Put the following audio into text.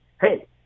hey